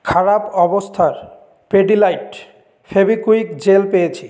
খারাপ অবস্থার পিডিলাইট ফেভিকুইক জেল পেয়েছি